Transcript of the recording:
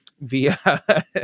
via